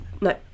No